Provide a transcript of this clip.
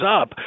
up